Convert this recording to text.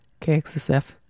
KXSF